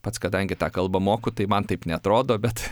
pats kadangi tą kalbą moku tai man taip neatrodo bet